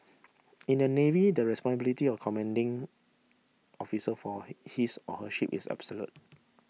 in the Navy the responsibility of commanding officer for he his or her ship is absolute